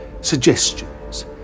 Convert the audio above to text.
suggestions